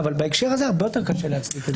בהקשר הזה הרבה יותר קשה להצדיק את זה.